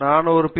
நான் ஒரு பி